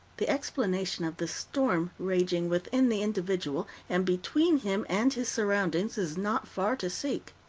the explanation of the storm raging within the individual, and between him and his surroundings, is not far to seek.